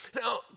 Now